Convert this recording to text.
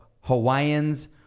Hawaiians